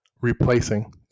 replacing